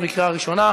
בעד הצעת החוק.